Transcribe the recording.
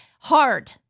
hard